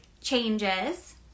changes